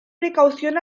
precaución